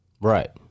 Right